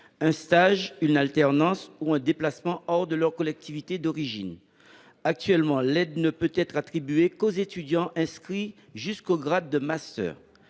un stage, une alternance ou un déplacement hors de leur collectivité d’origine. Actuellement, l’aide ne peut être attribuée qu’aux étudiants inscrits jusqu’au niveau master,